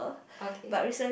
okay